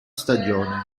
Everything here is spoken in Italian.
stagione